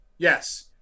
Yes